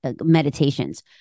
meditations